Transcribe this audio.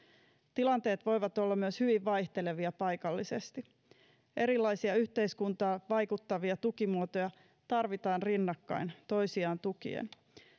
tilanteet voivat olla myös hyvin vaihtelevia paikallisesti erilaisia yhteiskuntaan vaikuttavia tukimuotoja tarvitaan rinnakkain toisiaan tukien